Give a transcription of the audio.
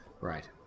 right